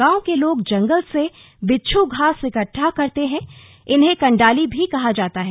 गांव के लोग जंगल से बिच्छू घास इकट्ठा करते हैं इन्हें कंडाली भी कहा जाता है